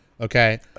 Okay